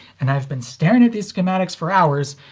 and i've been staring at these schematics for hours,